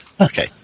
Okay